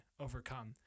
overcome